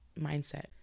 mindset